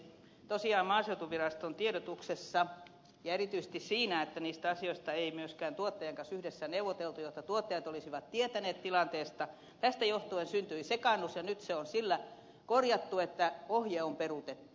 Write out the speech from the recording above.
tosiaan maaseutuviraston tiedotuksessa ja erityisesti siitä johtuen että niistä asioista ei myöskään tuottajan kanssa yhdessä neuvoteltu jotta tuottajat olisivat tietäneet tilanteesta syntyi sekaannus ja nyt se on sillä korjattu että ohje on peruutettu